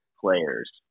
players